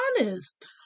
honest